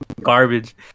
garbage